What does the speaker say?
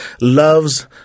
loves